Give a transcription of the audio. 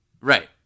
Right